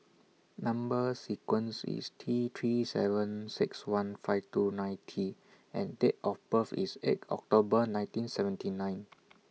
Number sequence IS T three seven six one five two nine T and Date of birth IS eight October nineteen seventy nine